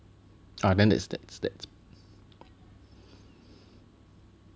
and then that's that's that's